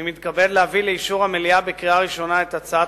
אני מתכבד להביא לאישור המליאה בקריאה ראשונה את הצעת